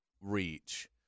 reach